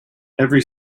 every